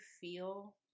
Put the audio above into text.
feel